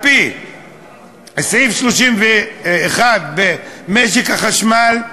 על-פי סעיף 31 בחוק משק החשמל,